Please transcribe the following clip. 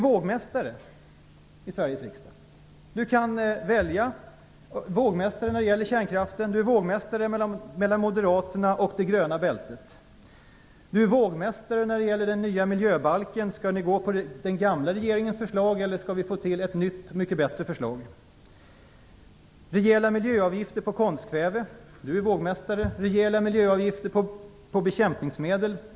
Ingvar Carlsson är ju vågmästare mellan Moderaterna och det gröna bältet i Sveriges riksdag när det gäller kärnkraften. Han är vågmästare när det gäller den nya miljöbalken. Skall ni gå på den gamla regeringens förslag eller skall ni få till ett nytt mycket bättre förslag? Ingvar Carlsson är vågmästare när det gäller rejäla avgifter på konstkväve.